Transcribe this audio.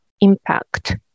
impact